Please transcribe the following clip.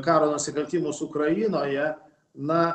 karo nusikaltimus ukrainoje na